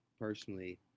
personally